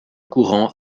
courant